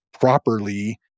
properly